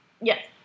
yes